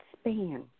span